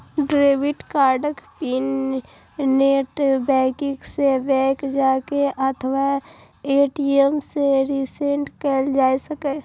debit कार्डक PIN net banking सं, bank जाके अथवा ए.टी.एम सं रीसेट कैल जा सकैए